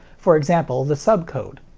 for example, the subcode.